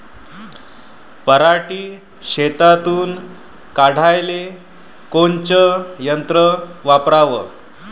पराटी शेतातुन काढाले कोनचं यंत्र वापराव?